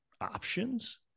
options